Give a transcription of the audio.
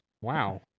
Wow